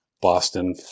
Boston